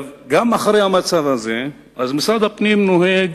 גם אחרי המצב הזה משרד הפנים נוהג